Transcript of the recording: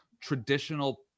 traditional